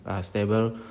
stable